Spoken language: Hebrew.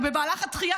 ובמהלך הדחייה,